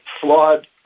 flawed